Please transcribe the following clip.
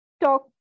talk